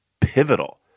pivotal